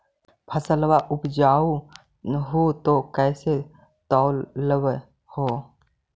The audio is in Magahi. फसलबा उपजाऊ हू तो कैसे तौउलब हो?